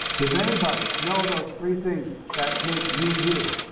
does anybody know those three things that make you, you?